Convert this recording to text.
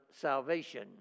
salvation